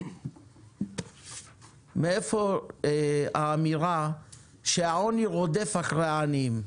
מאיפה האמירה שהעוני רודף אחרי העניים,